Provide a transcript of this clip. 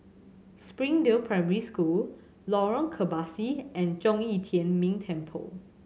Springdale Primary School Lorong Kebasi and Zhong Yi Tian Ming Temple